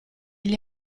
gli